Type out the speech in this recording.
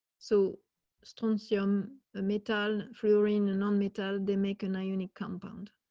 so stones young ah metal for you're in a non metal, they make an ionic compound.